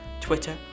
Twitter